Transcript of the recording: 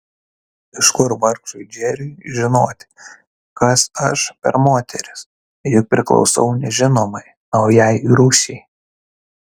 iš kur vargšui džeriui žinoti kas aš per moteris juk priklausau nežinomai naujai rūšiai